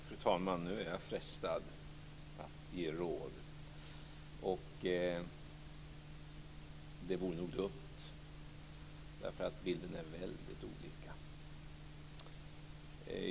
Fru talman! Nu är jag frestad att ge råd. Men det vore nog dumt eftersom bilden är väldigt olika.